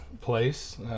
place